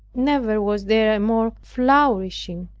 never was there a more flourishing